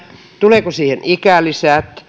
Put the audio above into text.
tuleeko siihen ikälisät